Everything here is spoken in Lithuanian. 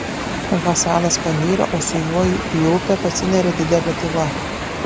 hasanas panyra o su juo į upę pasineria didelė tyla